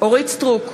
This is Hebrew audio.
אורית סטרוק,